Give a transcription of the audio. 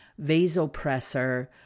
vasopressor